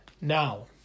now